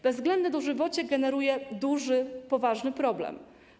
Bezwzględne dożywocie generuje duży, poważny problem.